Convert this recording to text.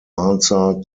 answer